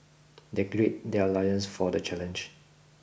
they grid their loins for the challenge